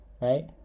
right